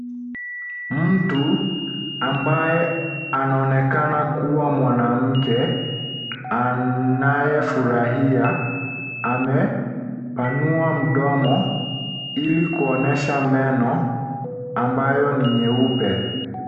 Mtu ambaye anaonekana kuwa mwanamke anayefurahia amepanua mdomo ili kuonyesha meno ambayo ni nyeupe.